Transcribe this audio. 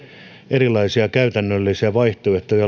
erilaisia hyviä käytännöllisiä vaihtoehtoja joilla